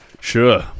Sure